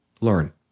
learn